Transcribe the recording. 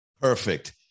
perfect